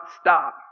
stop